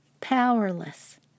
powerless